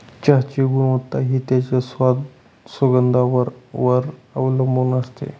चहाची गुणवत्ता हि त्याच्या स्वाद, सुगंधावर वर अवलंबुन असते